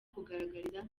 kugaragaza